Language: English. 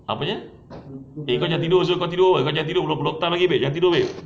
apa dia eh kau jangan tidur [siol] kau tidur [pe] kau jangan tidur belum lagi babe jangan tidur babe